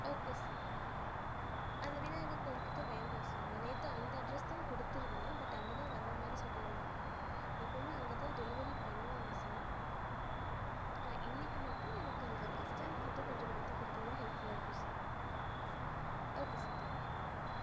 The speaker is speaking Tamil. ஓகே சார் அந்த விநாயகர் கோவில் கிட்டே வேண்டாம் சார் நான் நேற்று அந்த அட்ரஸ் தான் குடுத்துருந்தேன் பட் அங்கே தான் வர மாதிரி சொல்லியிருந்தாங்க எப்பவும் அங்கே தான் டெலிவரி பண்ணுவாங்க சார் இன்னைக்கி மட்டும் எனக்கு அந்த பஸ் ஸ்டாண்ட் கிட்டே கொஞ்சம் மாற்றி கொடுத்தீங்கனா ஹெல்ப்ஃபுல்லாக இருக்கும் சார் ஓகே சார் தேங்க்கியூ